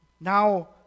now